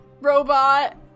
robot